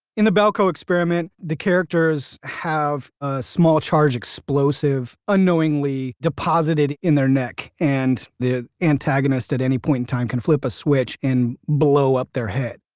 in the belko experiment, the characters have a small charge explosive unknowingly deposited in their neck, and the antagonist at any point in time can flip a switch and blow up their head.